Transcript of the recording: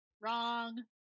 wrong